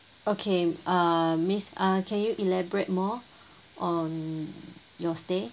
okay um miss uh can you elaborate more on your stay